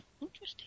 Interesting